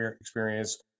experience